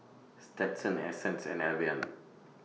Stetson Essence and Albion